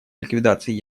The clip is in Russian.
ликвидации